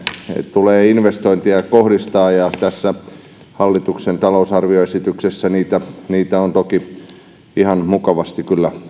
tulee investointeja kohdistaa ja tässä hallituksen talousarvioesityksessä niitä niitä on toki ihan mukavasti kyllä